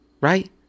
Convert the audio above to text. right